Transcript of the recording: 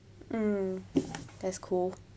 mm that's cool